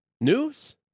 news